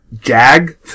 Jag